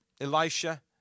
Elisha